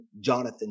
Jonathan